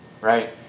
right